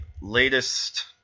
latest